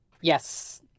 Yes